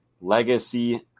legacy